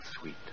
sweet